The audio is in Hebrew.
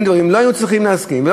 אם יש דברים שלא צריכים להסכים להם,